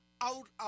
out